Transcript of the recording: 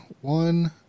one